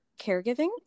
caregiving